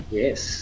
yes